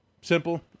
Simple